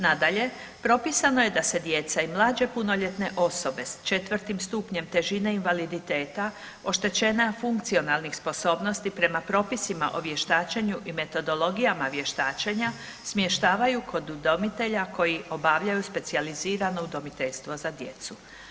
Nadalje, propisano je da se djeca i mlađe punoljetne osobe s 4. stupnjem težine invaliditeta oštećena funkcionalnih sposobnosti prema propisima o vještačenju i metodologijama vještačenja, smještavaju kod udomitelja koji obavljaju specijalizirano udomiteljstvo za djecu.